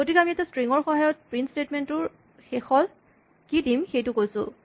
গতিকে আমি এটা স্ট্ৰিং ৰ সহায়ত প্ৰিন্ট স্টেটমেন্ট টোৰ শেষত কি দিম সেইটো কৈছোঁ